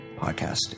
podcast